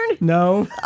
No